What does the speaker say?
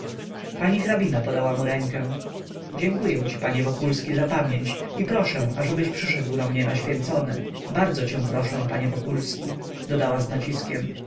hrabina podała mu rękę dziękuję ci panie wokulski za pamięć i proszę ażebyś przyszedł do mnie na święcone bardzo cię proszę panie wokulski dodała z naciskiem